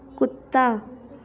ਕੁੱਤਾ